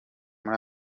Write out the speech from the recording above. muri